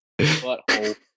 butthole